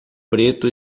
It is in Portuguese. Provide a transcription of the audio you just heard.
preto